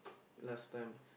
last time